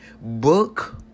book